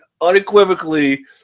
unequivocally